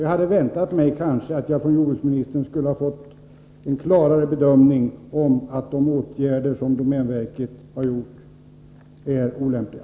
Jag hade kanske väntat mig att jordbruksministern klarare skulle ha bedömt domänverkets åtgärder som olämpliga.